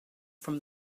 from